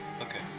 Okay